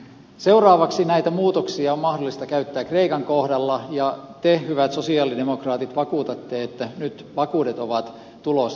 seuraavaksi näitä muutoksia on mahdollista käyttää kreikan kohdalla ja te hyvät sosialidemokraatit vakuutatte että nyt vakuudet ovat tulossa